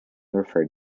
referred